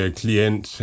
klient